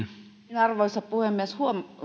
arvoisa puhemies